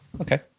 Okay